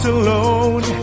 alone